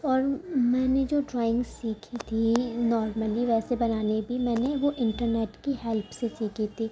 اور میں نے جو ڈرائنگ سیکھی تھی نارملی ویسے بنانے کی میں نے وہ انٹرنیٹ کی ہیلپ سے سیکھی تھی